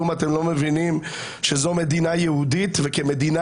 כלום אתם לא מבינים שזו מדינה יהודית וכמדינה